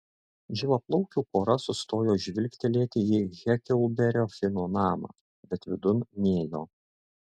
žilaplaukių pora sustojo žvilgtelėti į heklberio fino namą bet vidun nėjo